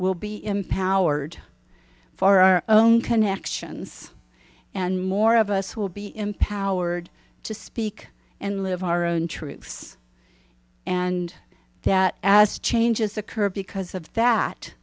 will be empowered for our own connections and more of us will be empowered to speak and live our own truths and that as changes occur because of that